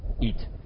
eat